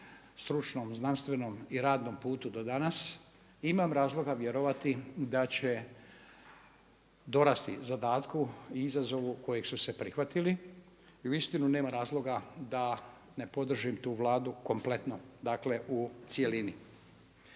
stručnom, znanstvenom i radnom putu do danas imam razloga vjerovati da će dorasti zadatku i izazovu kojeg su se prihvatili i uistinu nema razloga da ne podržim tu Vladu kompletno, dakle u cjelini.